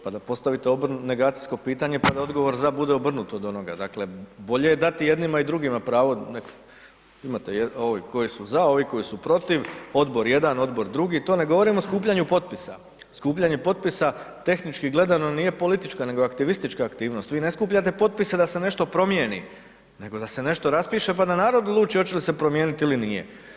Pa da postavite negacijsko pitanje, pa da odgovor ZA bude obrnuto od onoga, dakle, bolje je dati i jednima i drugima pravo, imate ovi koji su ZA, ovi koji su PROTIV, Odbor jedan, Odbor drugi, to ne govorim o skupljanju potpisa, skupljanje potpisa tehnički gledano nije politička, nego aktivistička aktivnost, vi ne skupljate potpise da se nešto promijeni, nego da se nešto raspiše, pa da narod odluči hoće li se promijeniti ili nije.